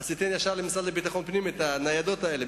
אז תיתן ישר למשרד לביטחון פנים את הניידות האלה,